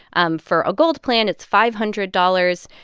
um for a gold plan, it's five hundred dollars.